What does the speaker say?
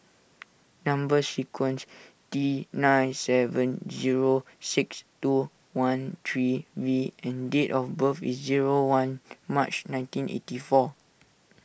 Number Sequence T nine seven zero six two one three V and date of birth is zero one March nineteen eighty four